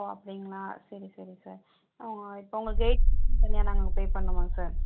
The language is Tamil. ஓ அப்படிங்களா சரி சரி சார் இப்போ உங்களுக்கு தனியா நாங்கள் பே பண்ணனுமா சார்